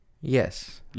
Yes